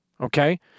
Okay